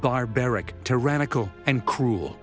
barbaric tyrannical and cruel